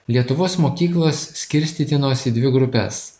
lietuvos mokyklos skirstytinos į dvi grupes